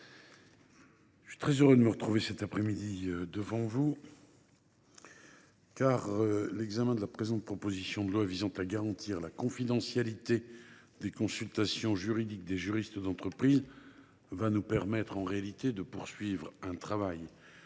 je suis très heureux de me retrouver cet après midi devant vous, car l’examen de cette proposition de loi visant à garantir la confidentialité des consultations juridiques des juristes d’entreprise va nous permettre de poursuivre un travail